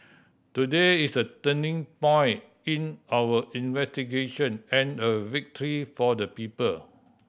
today is a turning point in our investigation and a victory for the people